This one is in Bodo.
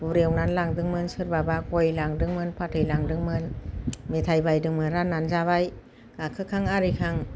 बुद एवनानै लांदोंमोन सोरबाबा गय लांदोंमोन फाथै लांदोंमोन मेथाय बायदोंमोन राननानै जाबाय गाखोखां आरिखां